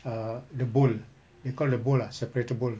err the bowl we call the bowl lah separator bowl